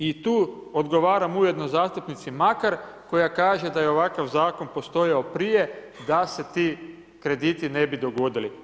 I tu odgovaram ujedno zastupnici Makar koja kaže da je ovakav zakon postojao prije da se ti krediti ne bi dogodili.